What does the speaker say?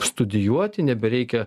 studijuoti nebereikia